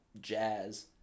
jazz